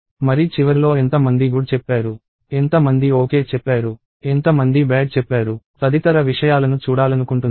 మరి చివర్లో ఎంత మంది గుడ్ చెప్పారు ఎంత మంది ఓకే చెప్పారు ఎంత మంది బ్యాడ్ చెప్పారు తదితర విషయాలను చూడాలనుకుంటున్నాము